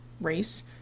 race